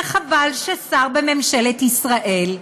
וחבל ששר בממשלת ישראל,